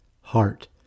Heart